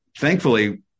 thankfully